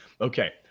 Okay